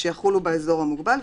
"שיחולו באזור המוגבל,